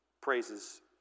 praises